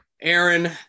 Aaron